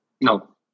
No